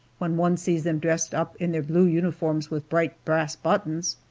when one sees them dressed up in their blue uniforms with bright brass buttons.